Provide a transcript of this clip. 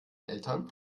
eltern